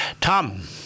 Tom